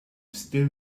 still